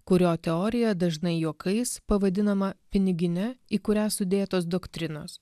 kurio teorija dažnai juokais pavadinama pinigine į kurią sudėtos doktrinos